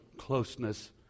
closeness